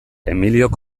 emiliok